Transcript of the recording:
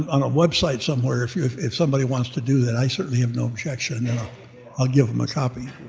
on a website somewhere, if if somebody wants to do that, i certainly have no objection and i'll give em a copy.